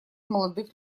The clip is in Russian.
молодых